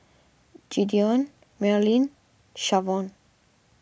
Gideon Merilyn Shavonne